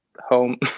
home